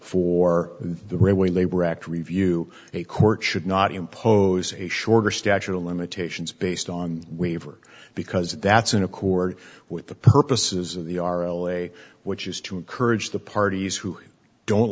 for the railway labor act review a court should not impose a shorter statute of limitations based on waiver because that's in accord with the purposes of the r l a which is to encourage the parties who don't